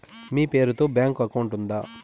మీ పేరు తో bank account ఉందా?